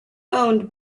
owned